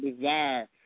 desire